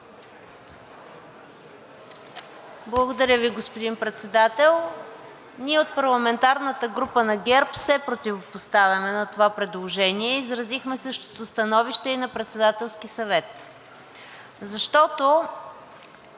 Благодаря Ви, господин Председател. Ние от парламентарната група на ГЕРБ се противопоставяме на това предложение. Изразихме същото становище и на Председателския съвет, защото